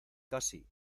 casi